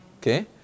Okay